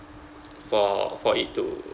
for for it to